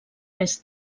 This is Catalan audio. més